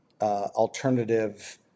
alternative